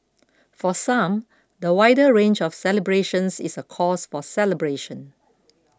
for some the wider range of celebrations is a cause for celebration